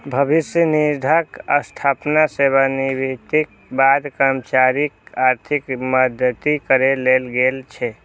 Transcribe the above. भविष्य निधिक स्थापना सेवानिवृत्तिक बाद कर्मचारीक आर्थिक मदति करै लेल गेल छै